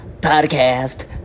Podcast